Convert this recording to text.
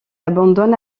abandonne